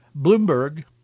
Bloomberg